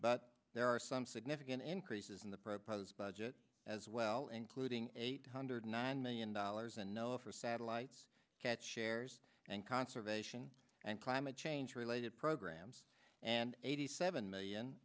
but there are some significant increases in the proposed budget as well including eight hundred nine million dollars and no for satellites at shares and conservation and climate change related programs and eighty seven million